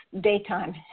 daytime